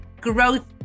growth